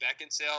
Beckinsale